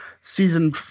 season